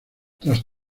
tras